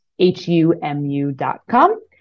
humu.com